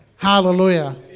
Hallelujah